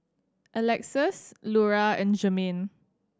Alexus Lura and Jermaine